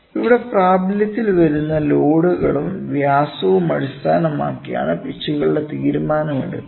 ഇവിടെ പ്രാബല്യത്തിൽ വരുന്ന ലോഡുകളും വ്യാസവും അടിസ്ഥാനമാക്കിയാണ് പിച്ചുകളുടെ തീരുമാനം എടുക്കുക